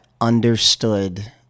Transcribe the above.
understood